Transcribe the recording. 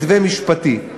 מתווה משפטי.